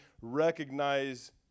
recognize